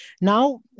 Now